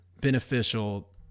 beneficial